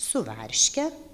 su varške